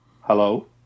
hello